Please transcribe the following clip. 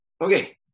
Okay